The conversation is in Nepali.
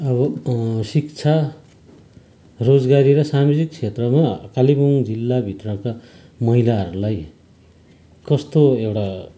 अब शिक्षा रोजगारी र सामाजिक क्षेत्रमा कालेबुङ जिल्लाभित्रका महिलाहरूलाई कस्तो एउटा